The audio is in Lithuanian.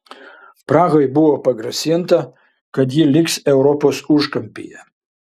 prahai buvo pagrasinta kad ji liks europos užkampyje